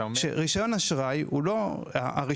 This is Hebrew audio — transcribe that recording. ההוראות שחלות,